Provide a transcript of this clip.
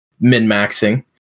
min-maxing